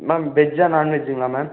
ma'am வெஜ்ஜா நான்வெஜ்ஜுங்களா ma'am